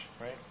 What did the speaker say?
right